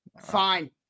Fine